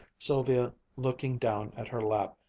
sylvia looking down at her lap,